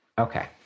Okay